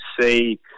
see